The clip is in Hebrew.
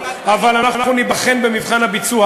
אבל אנחנו ניבחן במבחן הביצוע,